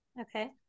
okay